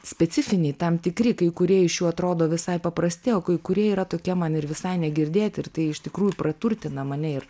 specifiniai tam tikri kai kurie iš jų atrodo visai paprasti o kai kurie yra tokie man ir visai negirdėti ir tai iš tikrųjų praturtina mane ir